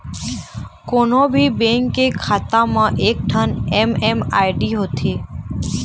कोनो भी बेंक के खाता म एकठन एम.एम.आई.डी होथे